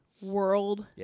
world